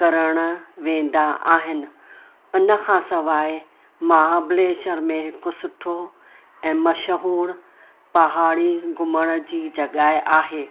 करणु वेंदा आहिनि उनखां सवाए महाब्लेश्वर में हिकु सुठो ऐं मशहूरु पहाड़ी घुमण जी जॻहि आहे